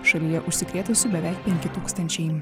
šalyje užsikrėtusių beveik penki tūkstančiai